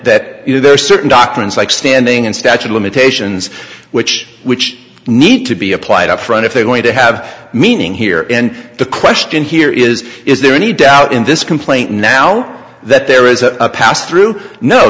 know there are certain doctrines like standing and statue of limitations which which need to be applied up front if they are going to have meaning here in the question here is is there any doubt in this complaint now that there is a pass through no